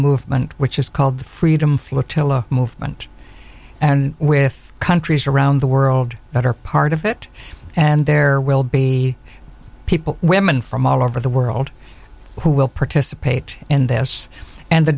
movement which is called the freedom flotilla movement and with countries around the world that are part of it and there will be people women from all over the world who will participate in this and the